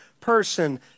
person